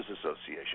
Association